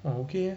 orh okay eh